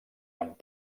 amb